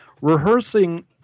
rehearsing